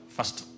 First